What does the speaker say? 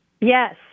Yes